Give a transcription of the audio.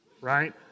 right